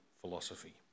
philosophy